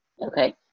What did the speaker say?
Okay